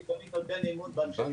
אני תמיד נותן אמון ב ---.